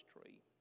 tree